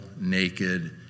naked